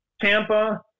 Tampa